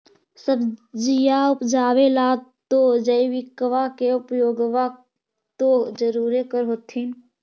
सब्जिया उपजाबे ला तो जैबिकबा के उपयोग्बा तो जरुरे कर होथिं?